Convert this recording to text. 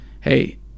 hey